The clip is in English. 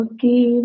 Okay